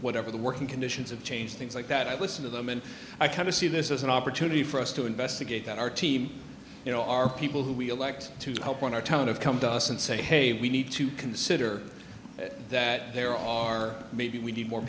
whatever the working conditions of change things like that i listen to them and i kind of see this as an opportunity for us to investigate that our team you know our people who we elect to help on our town of come to us and say hey we need to consider that there are maybe we need more